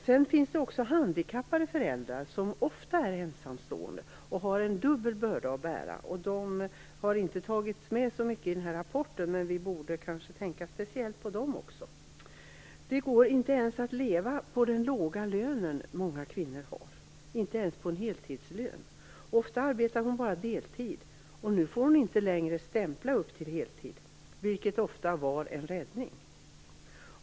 Det finns också handikappade föräldrar, som ofta är ensamstående och har en dubbel börda att bära. Dessa föräldrar har inte tagits med så mycket i den här rapporten, men vi borde kanske tänka speciellt på dem också. Det går inte att leva på den låga lön som många kvinnor har ens om det är en heltidslön. Ofta arbetar kvinnan bara deltid, och nu får hon inte längre stämpla upp till heltid, vilket tidigare ofta var en räddning.